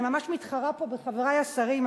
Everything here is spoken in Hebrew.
אני ממש מתחרה פה בחברי השרים,